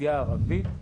באוכלוסייה הערבית.